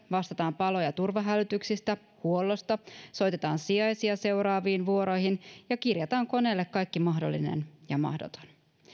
vastataan palo ja turvahälytyksistä ja huollosta soitetaan sijaisia seuraaviin vuoroihin ja kirjataan koneelle kaikki mahdollinen ja mahdoton